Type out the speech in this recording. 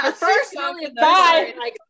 Bye